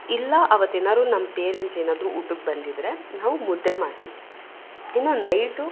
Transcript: ಇಲ್ಲ ಅವತ್ತೇನಾದ್ರೂ ನಮ್ಮ ಪೇರೆಂಟ್ಸ್ ಏನಾದರೂ ಊಟಕ್ಕೆ ಬಂದಿದ್ದರೆ ನಾವು ಮುದ್ದೆ ಮಾಡ್ತೀವಿ ಇನ್ನು ನೈಟು